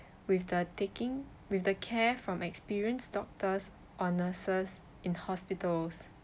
with the taking with the care from experienced doctors or nurses in hospitals